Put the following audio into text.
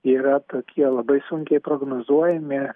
yra tokie labai sunkiai prognozuojami